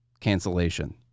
cancellation